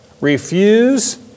refuse